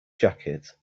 jacket